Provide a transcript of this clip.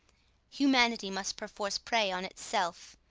humanity must perforce prey on itself,